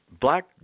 black